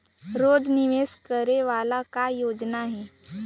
रोज निवेश करे वाला का योजना हे?